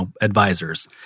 advisors